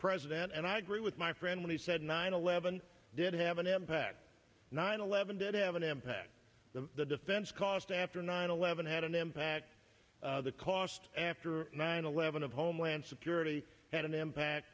president and i agree with my friend when he said nine eleven didn't have an impact nine eleven did have an impact the defense cost after no nine eleven had an impact the cost after nine eleven of homeland security had an impact